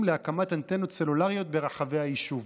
להקמת אנטנות סלולריות ברחבי היישוב,